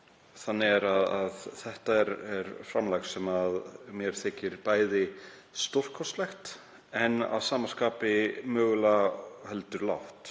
umræðu. Þetta er framlag sem mér þykir bæði stórkostlegt en að sama skapi mögulega heldur lágt.